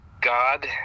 God